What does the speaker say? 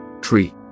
tree